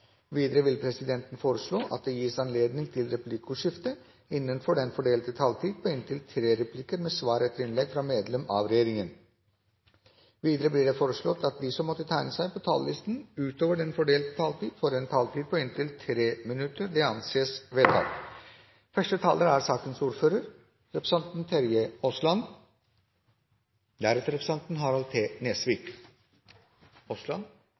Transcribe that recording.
Videre vil presidenten foreslå at det gis anledning til replikkordskifte på inntil seks replikker med svar etter innlegg fra medlem av regjeringen innenfor den fordelte taletid. Videre blir det foreslått at de som måtte tegne seg på talerlisten utover den fordelte taletid, får en taletid på inntil 3 minutter. – Det anses vedtatt. I dag ratifiseres – i hvert fall formodentlig, siden det er